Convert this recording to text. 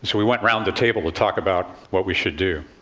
so we went around the table to talk about what we should do.